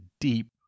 deep